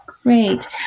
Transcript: Great